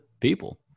people